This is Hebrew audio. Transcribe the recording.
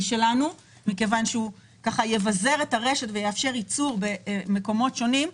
שלנו מכיוון שהוא יבזר את הרשת ויאפשר ייצור במקומות שונים.